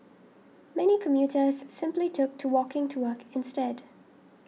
many commuters simply took to walking to work instead